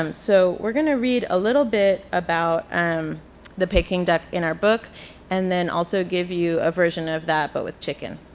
um so we're gonna read a little bit about um the peking duck in our book and then also give you a version of that, but with chicken.